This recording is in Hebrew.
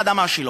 לאדמה שלו.